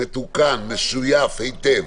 מתוקן, משויף היטב.